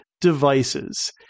devices